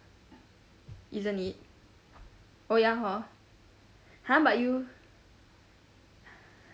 isn't it oh ya hor !huh! but you